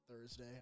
Thursday